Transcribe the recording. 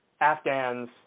Afghans